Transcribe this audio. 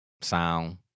sound